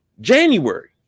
January